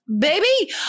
baby